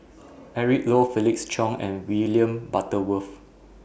Eric Low Felix Cheong and William Butterworth